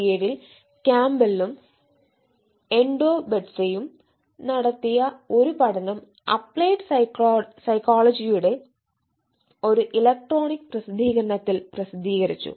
2007ൽ ക്യാമ്പ്ബെല്ലും എൻടോബെഡ്സെയും നടത്തിയ ഒരു പഠനം അപ്ലൈഡ് സൈക്കോളജിയുടെ ഒരു ഇലക്ട്രോണിക് പ്രസിദ്ധീകരണത്തിൽ പ്രസിദ്ധീകരിച്ചിരുന്നു